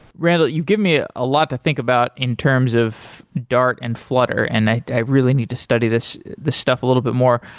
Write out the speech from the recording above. randall, you've given me ah a lot to think about in terms of dart and flutter and i really need to study this this stuff a little bit more.